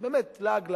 זה באמת לעג לרש.